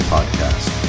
Podcast